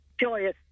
joyous